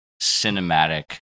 cinematic